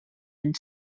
and